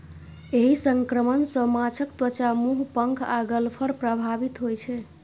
एहि संक्रमण सं माछक त्वचा, मुंह, पंख आ गलफड़ प्रभावित होइ छै